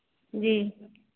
जी